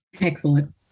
Excellent